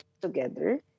together